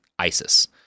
ISIS